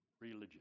religion